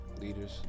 leaders